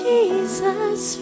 Jesus